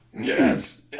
Yes